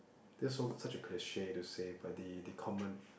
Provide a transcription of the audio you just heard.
this so such a cliche to say but the common